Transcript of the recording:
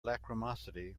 lachrymosity